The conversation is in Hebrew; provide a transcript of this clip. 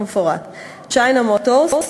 כמפורט: "צ'יינה מוטורס",